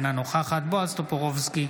אינה נוכחת בועז טופורובסקי,